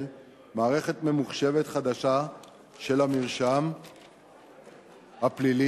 מערכת ממוחשבת חדשה של המרשם הפלילי,